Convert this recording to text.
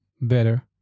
better